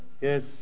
Yes